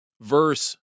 Verse